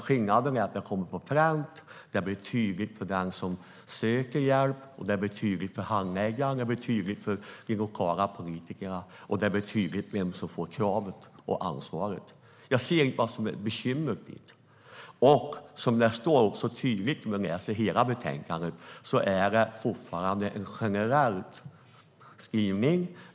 Skillnaden är att det nu kommer på pränt. Det blir tydligt för den som söker hjälp, och det blir tydligt för handläggaren. Det blir tydligt för de lokala politikerna, och det blir tydligt vem som får kravet och ansvaret. Jag ser inte vad som är bekymret i det. Om man läser hela betänkandet ser man också tydligt att det fortfarande är en generell skrivning.